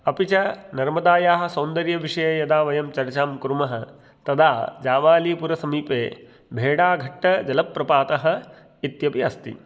अपि च नर्मदायाः सौन्दर्यविषये यदा वयं चर्चां कुर्मः तदा जावालीपुरसमीपे भेडाघट्टजलप्रपातः इत्यपि अस्ति